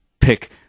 pick